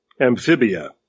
amphibia